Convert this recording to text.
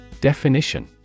Definition